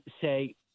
say